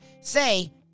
say